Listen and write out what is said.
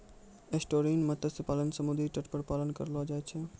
estuarine मत्स्य पालन समुद्री तट पर पालन करलो जाय छै